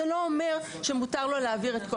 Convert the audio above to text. זה לא אומר שמותר לו להעביר את כל